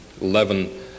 eleven